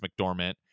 McDormand